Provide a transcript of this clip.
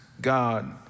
God